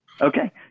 Okay